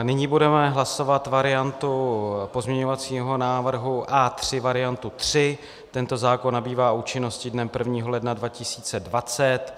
Nyní budeme hlasovat variantu pozměňovacího návrhu A3 variantu 3 tento zákon nabývá účinnosti dnem 1. ledna 2020.